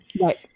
Right